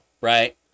Right